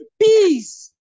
peace